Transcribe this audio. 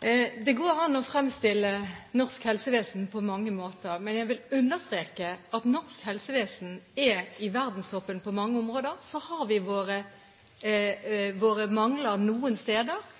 Det går an å fremstille norsk helsevesen på mange måter, men jeg vil understreke at norsk helsevesen er i verdenstoppen på mange områder. Så har vi våre mangler noen steder.